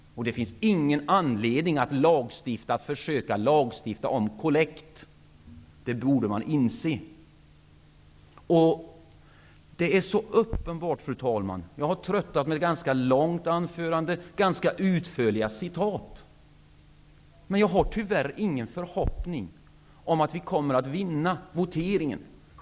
Det finns ingen anledning att försöka lagstifta om kollekt. Det borde man inse. Fru talman! Detta är så uppenbart. Jag har tröttat med ett ganska långt anförande med rätt utförliga citat. Men jag har tyvärr ingen förhoppning om att vi kommer att vinna voteringen.